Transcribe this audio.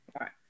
Right